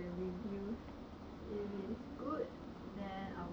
orh normally I just look at the reviews